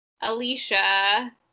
Alicia